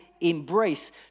embrace